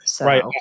Right